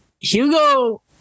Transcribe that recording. Hugo